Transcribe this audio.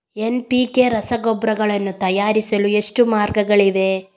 NPK ರಸಗೊಬ್ಬರಗಳನ್ನು ತಯಾರಿಸಲು ಎಷ್ಟು ಮಾರ್ಗಗಳಿವೆ?